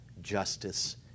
justice